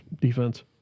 defense